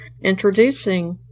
introducing